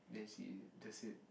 then she just said